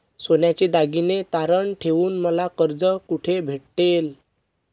सोन्याचे दागिने तारण ठेवून मला कर्ज कुठे भेटेल?